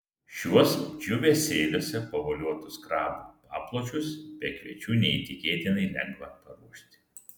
šiuos džiūvėsėliuose pavoliotus krabų papločius be kviečių neįtikėtinai lengva paruošti